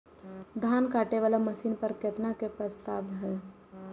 धान काटे वाला मशीन पर केतना के प्रस्ताव हय?